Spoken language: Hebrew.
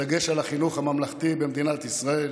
בדגש על החינוך הממלכתי במדינת ישראל,